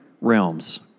realms